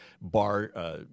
bar